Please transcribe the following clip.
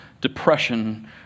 Depression